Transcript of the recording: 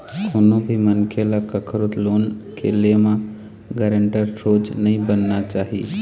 कोनो भी मनखे ल कखरो लोन के ले म गारेंटर सोझ नइ बनना चाही